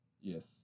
Yes